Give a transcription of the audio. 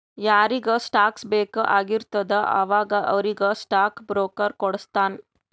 ಯಾರಿಗ್ ಸ್ಟಾಕ್ಸ್ ಬೇಕ್ ಆಗಿರ್ತುದ ಅವಾಗ ಅವ್ರಿಗ್ ಸ್ಟಾಕ್ ಬ್ರೋಕರ್ ಕೊಡುಸ್ತಾನ್